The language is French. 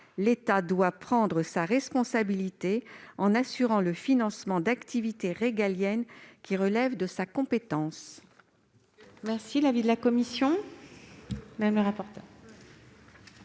L'État doit prendre ses responsabilités, en assurant le financement d'activités régaliennes qui relèvent de sa compétence.